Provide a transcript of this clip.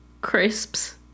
crisps